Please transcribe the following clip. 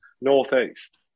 Northeast